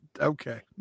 okay